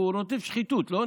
הוא רודף שחיתות, לא?